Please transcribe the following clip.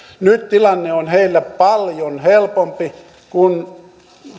nyt tilanne on heillä paljon helpompi kun